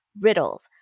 Riddles